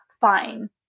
fine